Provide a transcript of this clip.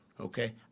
Okay